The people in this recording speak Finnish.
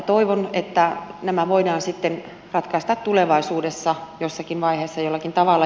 toivon että nämä voidaan sitten ratkaista tulevaisuudessa jossakin vaiheessa jollakin tavalla